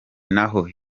n’aho